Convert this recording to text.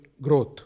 Growth